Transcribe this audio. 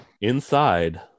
Inside